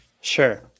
sure